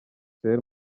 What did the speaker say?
soeur